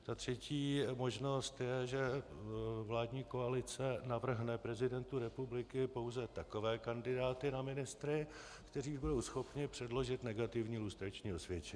Ta třetí možnost je, že vládní koalice navrhne prezidentu republiky pouze takové kandidáty na ministry, kteří budou schopni předložit negativní lustrační osvědčení.